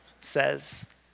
says